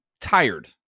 tired